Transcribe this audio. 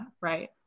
right